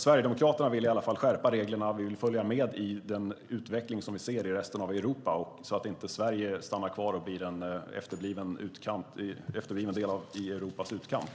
Sverigedemokraterna vill i alla fall skärpa reglerna. Vi vill följa med i den utveckling vi ser i resten av Europa så att inte Sverige stannar kvar och blir en efterbliven del i Europas utkant.